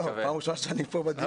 פעם ראשונה שאני כאן בדיון.